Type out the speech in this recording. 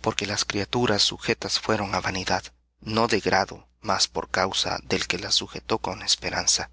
porque las criaturas sujetas fueron á vanidad no de grado mas por causa del que las sujetó con esperanza